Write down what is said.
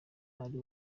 ari